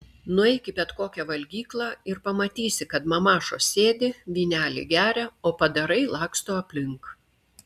nueik į bet kokią valgyklą ir pamatysi kad mamašos sėdi vynelį geria o padarai laksto aplink